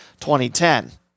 2010